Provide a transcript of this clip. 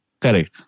Correct